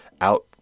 out